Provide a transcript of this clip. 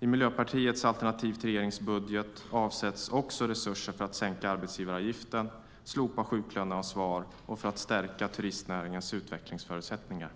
I Miljöpartiets alternativ till regeringens budget avsätts också resurser för att sänka arbetsgivaravgiften, slopa sjuklöneansvaret och för att stärka turistnäringens utvecklingsförutsättningar.